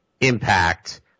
impact